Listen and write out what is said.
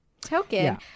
token